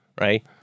right